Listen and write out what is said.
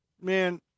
Man